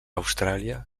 austràlia